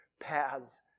paths